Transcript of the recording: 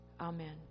Amen